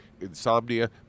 insomnia